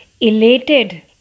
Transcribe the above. Elated